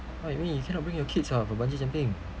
what you mean you cannot bring your kids lah for bungee jumping